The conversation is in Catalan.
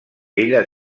ella